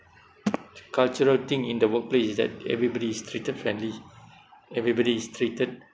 cultural thing in the workplace is that everybody is treated fairly everybody is treated